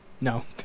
No